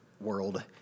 world